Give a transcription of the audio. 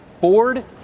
Ford